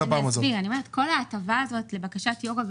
אני אומרת שכל ההטבה הזאת היא לבקשת יושב ראש